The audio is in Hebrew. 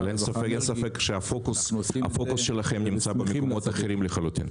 אבל אין ספק שהפוקוס שלכם נמצא במקומות אחרים לחלוטין.